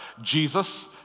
Jesus